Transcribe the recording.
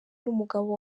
n’umugabo